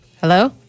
Hello